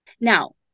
Now